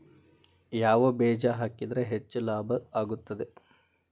ಯಾವ ಬೇಜ ಹಾಕಿದ್ರ ಹೆಚ್ಚ ಲಾಭ ಆಗುತ್ತದೆ?